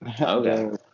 Okay